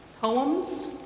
poems